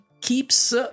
keeps